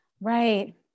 Right